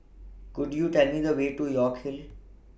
Could YOU Tell Me The Way to York Hill